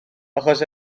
achos